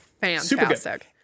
fantastic